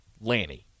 Lanny